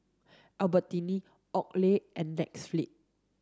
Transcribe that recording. Albertini Oakley and Netflix